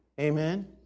Amen